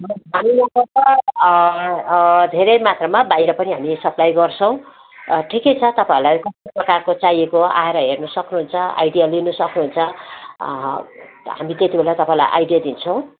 हामीले लगभग धेरै मात्रामा बाहिर पनि हामी सप्लाई गर्छौँ ठिकै छ तपाईँहरूलाई कस्तो प्रकारको चाहिएको हो आएर हेर्नु सक्नुहुन्छ आइ़डिया लिनु सक्नुहुन्छ हामी त्यतिबेला तपाईँलाई आइडिया दिन्छौँ